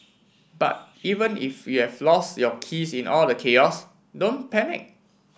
but even if you've lost your keys in all the chaos don't panic